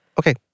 Okay